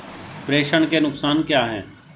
प्रेषण के नुकसान क्या हैं?